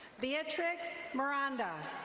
beatrix miranda.